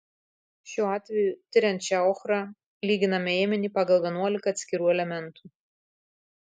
šiuo atveju tiriant šią ochrą lyginame ėminį pagal vienuolika atskirų elementų